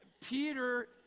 Peter